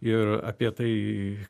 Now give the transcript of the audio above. ir apie tai